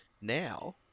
now